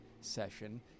session